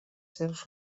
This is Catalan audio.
seus